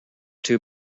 too